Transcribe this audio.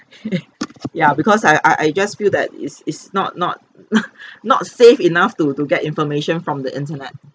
ya because I I I just feel that is is not not not safe enough to to get information from the internet